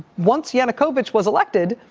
once yanukovych was elected,